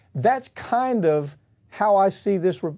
that's kind of how i see this,